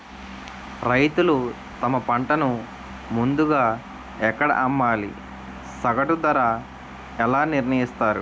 రైతులు తమ పంటను ముందుగా ఎక్కడ అమ్మాలి? సగటు ధర ఎలా నిర్ణయిస్తారు?